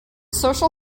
social